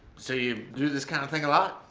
so, you do this kind of thing a lot?